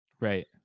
Right